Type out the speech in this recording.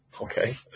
Okay